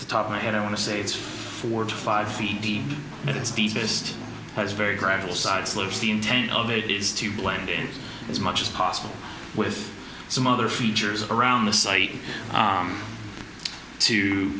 the top of my head i want to say it's four to five feet deep at its deepest has very gravel sides lives the intent of it is to blend in as much as possible with some other features around the site